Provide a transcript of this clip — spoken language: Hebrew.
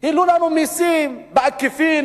העלו לנו מסים בעקיפין,